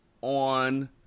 on